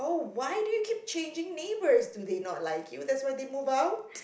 why do you keep changing neighbours do they not like you that's why they move out